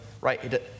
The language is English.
right